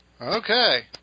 Okay